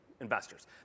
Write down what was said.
investors